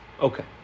Okay